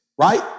right